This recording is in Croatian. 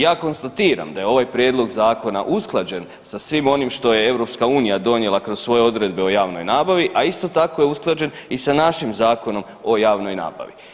Ja konstatiram da je ovaj prijedlog zakona usklađen sa svim onim što je Europska unija donijela kroz svoje odredbe o javnoj nabavi, a isto tako je usklađen i sa našim Zakonom o javnoj nabavi.